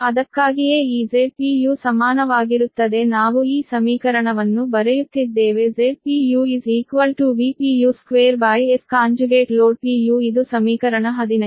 ಅದಕ್ಕಾಗಿಯೇ ಈ Zpu ಸಮಾನವಾಗಿರುತ್ತದೆ ನಾವು ಈ ಸಮೀಕರಣವನ್ನು ಬರೆಯುತ್ತಿದ್ದೇವೆ Zpu 2Sloadpu ಇದು ಸಮೀಕರಣ 15